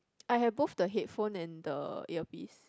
I have both the headphone and the earpiece